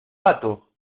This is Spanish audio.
pato